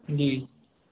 जी